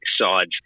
sides